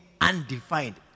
undefined